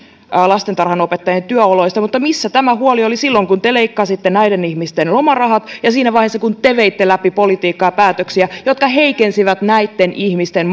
lastentarhanopettajien työoloista mutta missä tämä huoli oli silloin kun te leikkasitte näiden ihmisten lomarahat ja siinä vaiheessa kun te veitte läpi politiikkaa ja päätöksiä jotka heikensivät näitten ihmisten